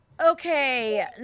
okay